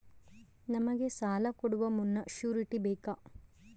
ನಮಗೆ ಸಾಲ ಕೊಡುವ ಮುನ್ನ ಶ್ಯೂರುಟಿ ಬೇಕಾ?